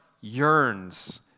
yearns